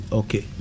okay